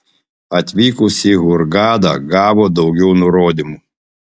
atvykus į hurgadą gavo daugiau nurodymų